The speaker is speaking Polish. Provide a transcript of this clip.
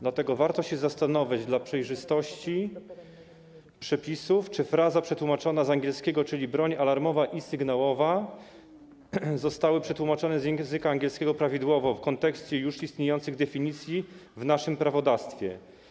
Dlatego warto się zastanowić - dla przejrzystości przepisów - czy fraza przetłumaczona z angielskiego, czyli broń alarmowa i sygnałowa, została przetłumaczona z języka angielskiego prawidłowo w kontekście już istniejących definicji w naszym prawodawstwie.